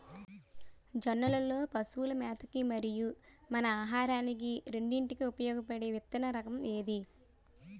జొన్నలు లో పశువుల మేత కి మరియు మన ఆహారానికి రెండింటికి ఉపయోగపడే విత్తన రకం ఏది?